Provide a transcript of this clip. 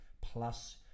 Plus